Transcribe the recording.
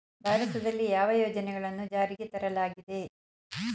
ಭಾರತದಲ್ಲಿ ಯಾವ ಯೋಜನೆಗಳನ್ನು ಜಾರಿಗೆ ತರಲಾಗಿದೆ?